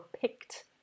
picked